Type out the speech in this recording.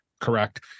correct